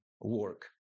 work